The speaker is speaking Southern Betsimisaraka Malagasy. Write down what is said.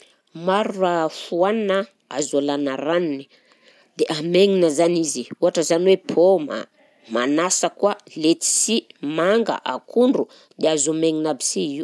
Maro raha fohanina azo alàna ranony dia hamaignina zany izy ohatra zany hoe paoma, manasa koa, ledsy, manga, akondro dia azo hamaignina aby si io.